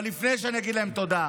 אבל לפני שאני אגיד להם תודה,